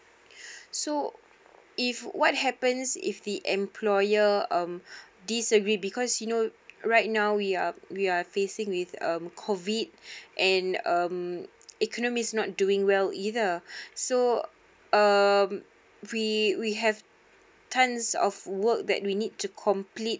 so if what happens if the employer um disagree because you know right now we are we are facing with um CO_VI_D and um economy is not doing well either so um we we have tons of work that we need to complete